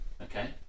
Okay